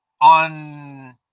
on